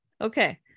Okay